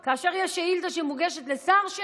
שאלה נוספת כאשר יש שאילתה שמוגשת לשר,